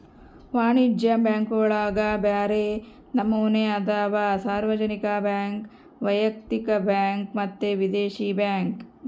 ವಾಣಿಜ್ಯ ಬ್ಯಾಂಕುಗುಳಗ ಬ್ಯರೆ ನಮನೆ ಅದವ, ಸಾರ್ವಜನಿಕ ಬ್ಯಾಂಕ್, ವೈಯಕ್ತಿಕ ಬ್ಯಾಂಕ್ ಮತ್ತೆ ವಿದೇಶಿ ಬ್ಯಾಂಕ್